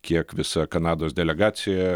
kiek visa kanados delegacija